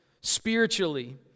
spiritually